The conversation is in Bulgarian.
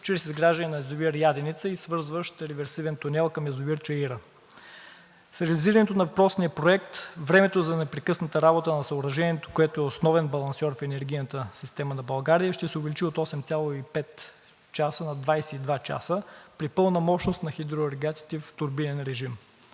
чрез изграждане на язовир „Яденица“ и свързващ реверсивен тунел към язовир „Чаира“. С реализирането на въпросния проект времето за непрекъсната работа на съоръжението, което е основен балансьор в енергийната система на България, ще се увеличи от 8,5 часа на 22 часа при пълна мощност на хидроагрегатите в турбинен режим.